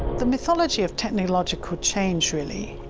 the mythology of technological change really,